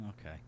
Okay